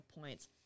points